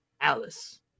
Alice